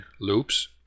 Loops